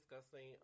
discussing